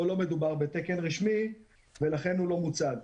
פה לא מדובר בתקן רשמי ולכן הוא לא מוצג.